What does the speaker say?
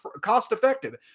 cost-effective